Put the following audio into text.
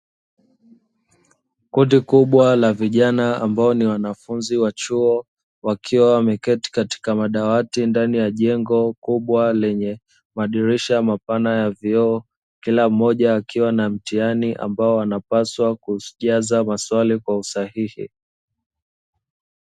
Kundi kubwa la vijana ambao ni wanafunzi wa chuo wakiwa wameketi katika madawati ndani ya jengo kubwa lenye madirisha mapana ya vioo, kila mmoja akiwa na mtihani ambao anapaswa kujaza maswali kwa usahihi.